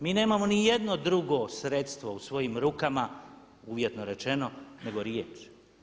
Mi nemamo ni jedno drugo sredstvo u svojim rukama uvjetno rečeno nego riječ.